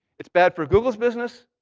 it's bad for google's business.